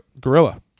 Gorilla